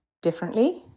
differently